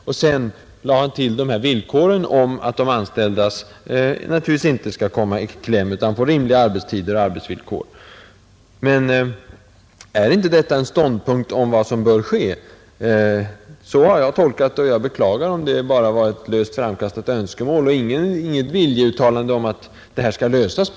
Därefter nämnde han som en förutsättning att de anställda naturligtvis inte skall komma i kläm utan skall få rimliga arbetstider och Är inte detta en ståndpunkt om vad som bör ske? Så har jag tolkat uttalandet, och jag beklagar om det bara var ett löst framkastat önskemål och inte en viljeangivelse av hur frågan skall lösas.